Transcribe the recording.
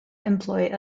employ